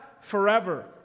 forever